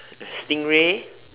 stingray